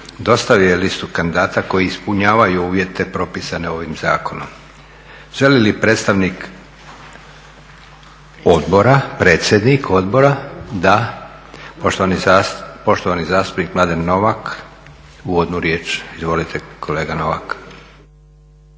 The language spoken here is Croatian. dostavio je listu kandidata koji ispunjavaju uvjete propisane ovim zakonom. Želi li predstavnik Odbora, predsjednik odbora? Da. Poštovani zastupnik Mladen Novak, uvodnu riječ. Izvolite kolega Novak.